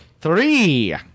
Three